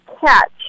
catch